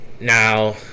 now